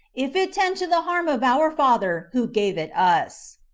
if it tend to the harm of our father who gave it us.